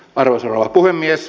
arvoisa rouva puhemies